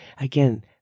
again